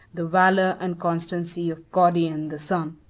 the valor and constancy of gordian the son!